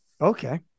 Okay